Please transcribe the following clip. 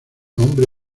hombre